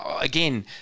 again